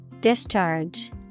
Discharge